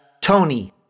Tony